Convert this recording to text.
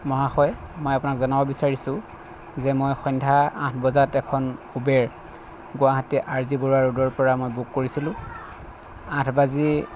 মহাশয় মই আপোনাক জনাব বিচাৰিছোঁ যে মই সন্ধ্যা আঠ বজাত এখন Uber Guwahati R G Baruah ৰ'ডৰ পৰা মই বুক কৰিছিলোঁ আঠ বাজি